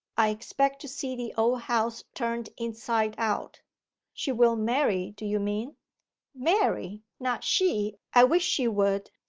i expect to see the old house turned inside out she will marry, do you mean marry not she! i wish she would.